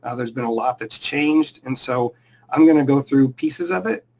ah there's been a lot that's changed, and so i'm gonna go through pieces of it,